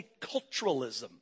multiculturalism